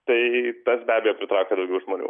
tai tas be abejo pritraukia daugiau žmonių